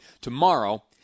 Tomorrow